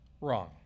Wrong